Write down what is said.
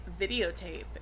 videotape